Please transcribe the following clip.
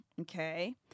okay